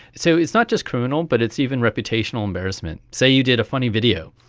so it's not just criminal but it's even reputational embarrassment. say you did a funny video,